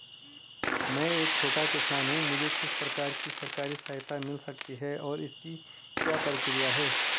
मैं एक छोटा किसान हूँ मुझे किस प्रकार की सरकारी सहायता मिल सकती है और इसकी क्या प्रक्रिया है?